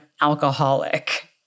alcoholic